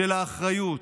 של האחריות.